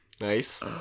Nice